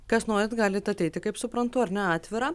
kas norit galit ateiti kaip suprantu ar ne atvira